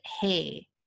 hey